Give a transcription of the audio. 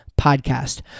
Podcast